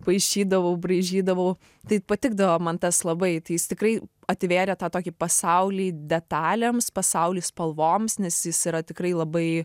paišydavau braižydavau tai patikdavo man tas labai tai jis tikrai atvėrė tą tokį pasaulį detalėms pasaulį spalvoms nes jis yra tikrai labai